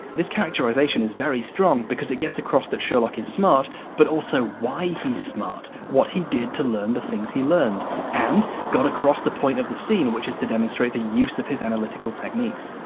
this characterisation is very strong because it gets across that sherlock is smart but also why he's smart what he did to learn the things he learned and got across the point of the scene which is to demonstrate the use of his analytical techniques.